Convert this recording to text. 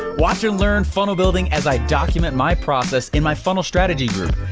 watch and learn funnel-building, as i document my process in my funnel strategy group.